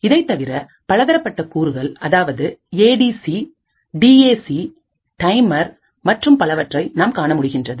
இதைத்தவிர பலதரப்பட்ட கூறுகள் அதாவது A D C D A C timer மற்றும் பலவற்றை நாம் காணமுடிகின்றது